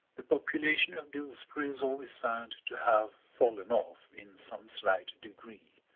the population of dillsborough is always found to have fallen off in some slight degree.